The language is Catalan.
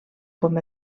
com